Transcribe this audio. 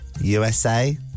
USA